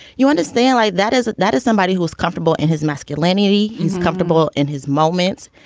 you want to stay like that is that is somebody who is comfortable in his masculinity he's comfortable in his moments.